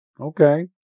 Okay